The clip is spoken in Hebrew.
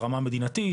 ברמה המדינתית,